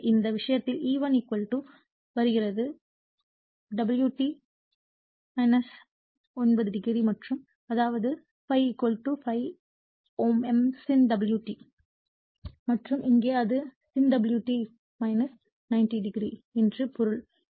எனவே இந்த விஷயத்தில் E1 வருகிறது ω t 90o மற்றும் அதாவது ∅∅ m sin t மற்றும் இங்கே அது sin ω t 90 o என்று பொருள்